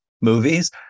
movies